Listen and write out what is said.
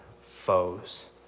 foes